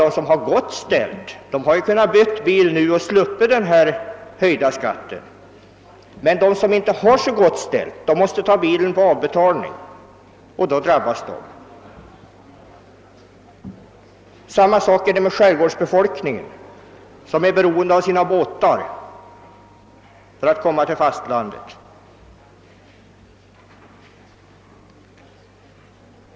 De som har det gott ställt har kunnat göra det nu, betalat kontant och därmed sluppit den höjda skatten, medan de som inte har det så gott ställt och måste köpa bilen på avbetalning drabbas av skattehöjningen. Detsamma är förhållandet för skärgårdsbefolkningen, som är beroende av sina båtar för att komma till fastlandet.